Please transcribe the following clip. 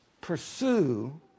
pursue